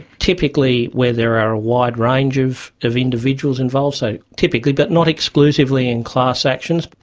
typically where there are wide range of of individuals involved, so typically but not exclusively in class actions.